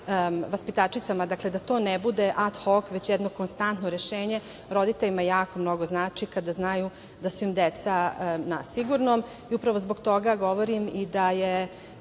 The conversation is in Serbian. da to ne bude ad hok, već jedno konstantno rešenje. Roditeljima jako mnogo znači kada znaju da su im deca na sigurnom. Upravo zbog toga i govorim da je